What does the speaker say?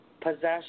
Possession